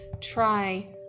try